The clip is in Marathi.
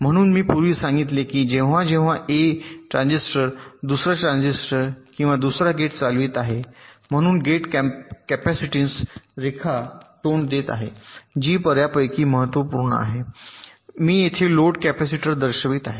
म्हणून मी पूर्वी सांगितले की जेव्हा जेव्हा ए ट्रान्झिस्टर दुसरा ट्रान्झिस्टर किंवा दुसरा गेट चालवित आहेत म्हणून गेट कपॅसिटीन्स रेखा तोंड देत आहे जी बर्यापैकी महत्त्वपूर्ण आहे आणि मी येथे लोड कॅपेसिटर दर्शवित आहे